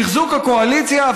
תחזוק הקואליציה,